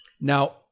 Now